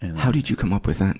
how did you come up with that